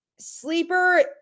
Sleeper